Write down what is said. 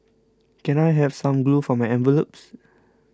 can I have some glue for my envelopes